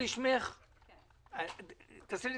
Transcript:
תגידי את